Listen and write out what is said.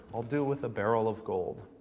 i'll do with a barrel of gold.